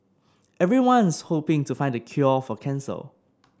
everyone's hoping to find the cure for cancer